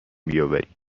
بیاوری